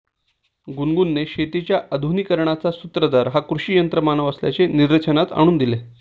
गुनगुनने शेतीच्या आधुनिकीकरणाचा सूत्रधार हा कृषी यंत्रमानव असल्याचे निदर्शनास आणून दिले